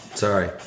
Sorry